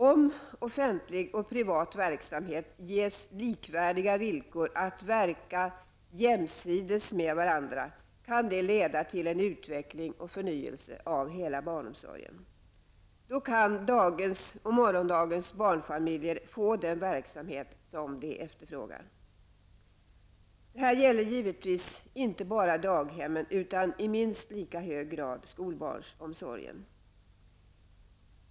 Om offentlig och privat verksamhet ges lika villkor att verka jämsides med varandra kan det leda till en utveckling och förnyelse av hela barnomsorgen. Då kan dagens och morgondagens barnfamiljer få den verksamhet som de efterfrågar. Det här gäller givetvis inte bara daghemmen utan i minst lika hög grad skolbarnsomsorgen.